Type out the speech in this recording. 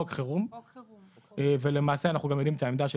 מחוק חירום ולמעשה אנחנו גם יודעים את העמדה של